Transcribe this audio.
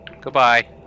Goodbye